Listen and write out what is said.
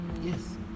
Yes